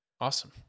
awesome